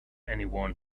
anyone